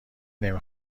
نمی